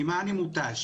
ממה אני מותש?